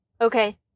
Okay